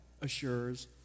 assures